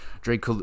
drake